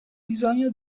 bisogno